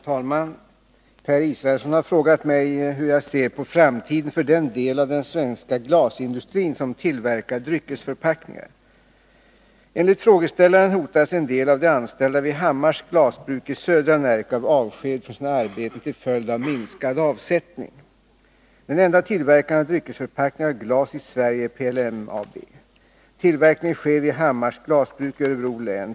Herr talman! Per Israelsson har frågat mig hur jag ser på framtiden för den del av den svenska glasindustrin som tillverkar dryckesförpackningar. Enligt frågeställaren hotas en del av de anställda vid Hammars glasbruk i södra Närke av avsked från sina arbeten till följd av minskad avsättning. Den enda tillverkaren av dryckesförpackningar av glas i Sverige är PLM AB. Tillverkningen sker vid Hammars glasbruk i Örebro län.